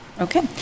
Okay